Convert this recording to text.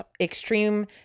extreme